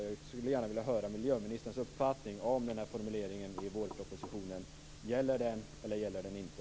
Jag skulle gärna vilja höra miljöministerns uppfattning om denna formulering i vårpropositionen. Gäller den eller gäller den inte?